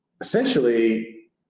essentially